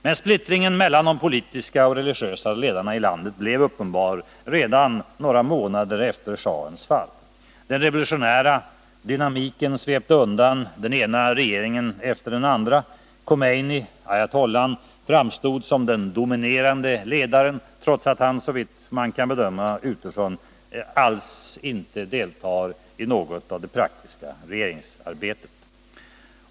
Men splittringen mellan de politiska och religiösa ledarna i landet blev uppenbar redan några månader efter schahens fall. Den revolutionära dynamiken svepte undan den ena regeringen efter den andra. Khomeini, ayatollahn, framstod som den dominerande ledaren, trots att han, såvitt man kan bedöma utifrån, inte alls deltar i det praktiska regeringsarbetet.